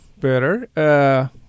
better